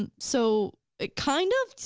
and so it kind of,